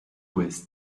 ouest